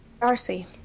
Darcy